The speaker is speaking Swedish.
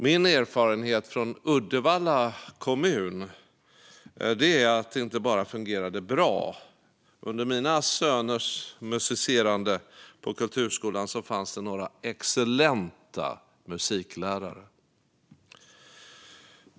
Min erfarenhet från Uddevalla kommun är att det inte bara fungerade bra; under mina söners musicerande på kulturskolan fanns det några excellenta musiklärare.